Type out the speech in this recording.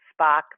Spock